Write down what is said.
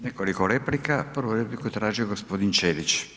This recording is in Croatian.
Nekoliko replika, prvu repliku je tražio g. Ćelić.